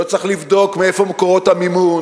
לא צריך לבדוק מאיפה מקורות המימון.